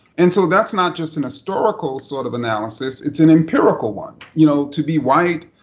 and so that's not just an historical sort of analysis. it's an empirical one, you know, to be white.